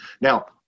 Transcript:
Now